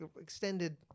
extended